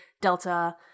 Delta